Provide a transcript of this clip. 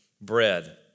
bread